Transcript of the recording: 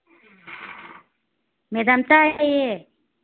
madam ꯇꯥꯏꯌꯦ